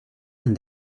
and